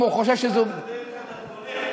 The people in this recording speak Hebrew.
אם הוא חושב שזאת, לכל זה הגעת דרך הדרכונים?